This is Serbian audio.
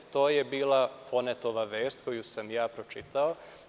To je bila Fonetova vest koju sam ja pročitao.